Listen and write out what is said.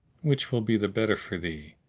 which will be the better for thee,